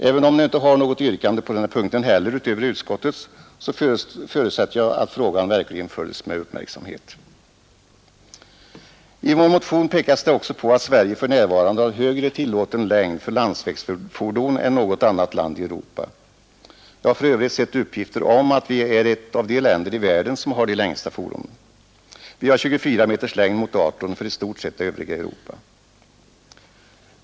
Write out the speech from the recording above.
Även om vi nu inte har något yrkande utöver utskottets, förutsätter jag att frågan verkligen följs med uppmärksamhet. I vår motion pekas det också på att Sverige för närvarande har högre tillåten längd för landsvägsfordon än något annat land i Europa. Jag har för övrigt sett uppgifter om att vi är ett av de länder i världen som har de längsta fordonen. Vi tillåter en längd av 24 m mot 18 för i stort sett det övriga Europa.